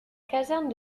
caserne